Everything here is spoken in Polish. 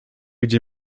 gdzie